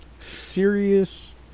serious